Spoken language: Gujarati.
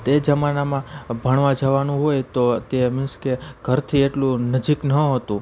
તે જમાનામાં ભણવા જવાનું હોય તો તે મિન્સ કે ઘરથી એટલું નજીક ન હતું